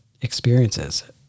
experiences